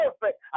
perfect